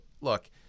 look